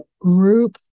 group